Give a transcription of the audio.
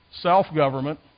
self-government